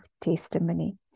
Testimony